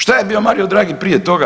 Šta je bio Mario Draghi prije toga?